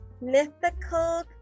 mythical